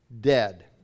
dead